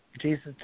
Jesus